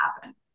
happen